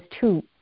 two